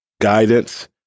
guidance